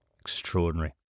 Extraordinary